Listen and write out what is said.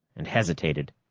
and hesitated.